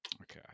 okay